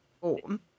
form